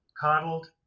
coddled